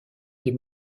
des